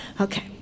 Okay